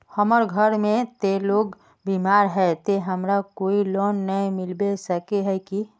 हमर घर में ते लोग बीमार है ते हमरा कोई लोन नय मिलबे सके है की?